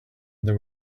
there